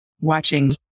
watching